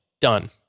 done